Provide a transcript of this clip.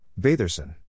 Batherson